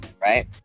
Right